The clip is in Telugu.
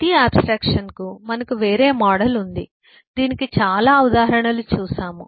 ప్రతి ఆబ్స్ట్రాక్షన్ కు మనకు వేరే మోడల్ ఉంది దీనికి చాలా ఉదాహరణలు చూశాము